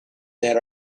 that